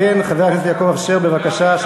כן, חבר הכנסת יעקב אשר, בבקשה.